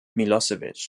milosevic